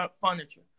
furniture